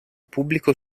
pubblico